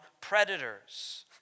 predators